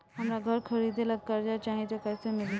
हमरा घर खरीदे ला कर्जा चाही त कैसे मिली?